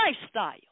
lifestyle